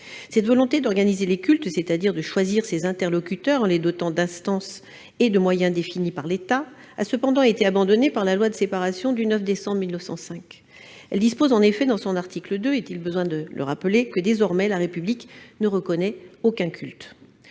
Cette volonté d'organiser les cultes, c'est-à-dire de choisir ses interlocuteurs en les dotant d'instances et de moyens définis par l'État, a cependant été abandonnée par la loi du 9 décembre 1905. Elle dispose en effet, à son article 2- est-il besoin de le rappeler ?-, que, désormais, la République ne reconnaît aucun culte.